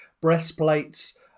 breastplates